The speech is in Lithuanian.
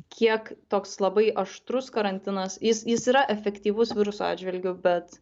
kiek toks labai aštrus karantinas jis jis yra efektyvus viruso atžvilgiu bet